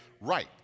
right